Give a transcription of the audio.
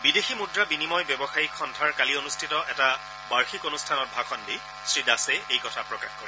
বিদেশী মুদ্ৰা বিনিময় ব্যৱসায়িক সন্থাৰ কালি অনুষ্ঠিত এটা বাৰ্ষিক অনুষ্ঠানত ভাষণ দি শ্ৰীদাসে এই কথা প্ৰকাশ কৰে